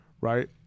right